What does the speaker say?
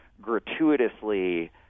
gratuitously